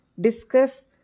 discuss